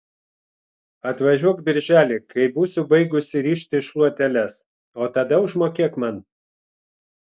atvažiuok birželį kai būsiu baigusi rišti šluoteles o tada užmokėk man